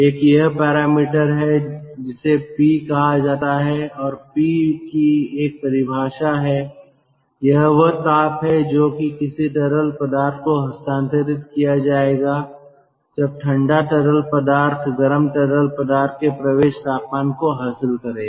एक यह पैरामीटर है जिसे पी कहा जाता है और पी की एक परिभाषा हैयह वह ताप है जो कि किसी तरल पदार्थ को हस्तांतरित किया जाएगा जब ठंडा तरल पदार्थ गर्म तरल पदार्थ के प्रवेश तापमान को हासिल करेगा